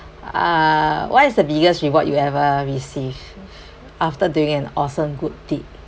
uh what is the biggest reward you ever received after doing an awesome good deed